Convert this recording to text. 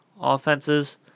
offenses